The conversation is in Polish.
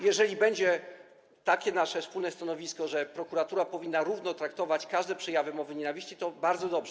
Jeżeli będzie takie nasze wspólne stanowisko, że prokuratura powinna równo traktować każde przejawy mowy nienawiści, to bardzo dobrze.